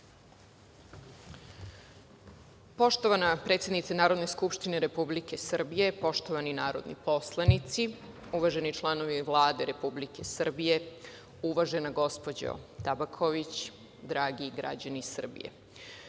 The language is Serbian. Poštovana predsednice Narodne skupštine Republike Srbije, poštovani narodni poslanici, uvaženi članovi Vlade Republike Srbije, uvažena gospođo Tabaković, dragi građani Srbije,